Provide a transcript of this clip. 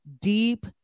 deep